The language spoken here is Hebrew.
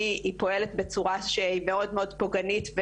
היא פועלת בצורה שהיא מאוד פוגענית,